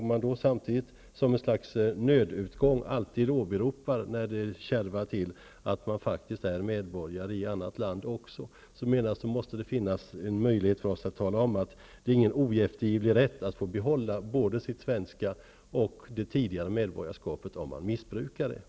Om dessa personer samtidigt, som ett slags nödutgång när det kärvar till, alltid åberopar att de är medborgare i något annat land också, menar jag att det måste finnas en möjlighet för oss att tala om att det inte är någon oeftergivlig rätt att få behålla både sitt svenska och sitt tidigare medborgarskap om detta missbrukas.